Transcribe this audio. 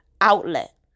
outlet